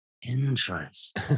interest